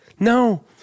No